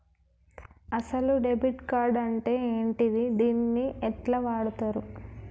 అసలు debit card అంటే ఏంటిది? దీన్ని ఎట్ల వాడుతరు?